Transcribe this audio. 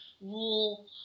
rule